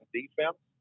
defense